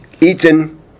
eaten